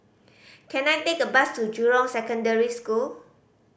can I take a bus to Jurong Secondary School